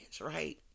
right